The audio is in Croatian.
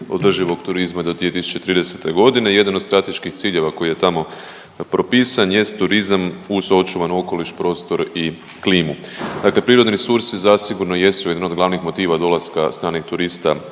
održivog turizma do 2030.g. i jedan od strateških ciljeva koji je tamo propisan jest turizam uz očuvan okoliš, prostor i klimu. Dakle, prirodni resursi zasigurno jesu jedan od glavnih motiva dolaska stranih turista